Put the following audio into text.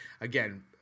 again